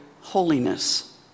holiness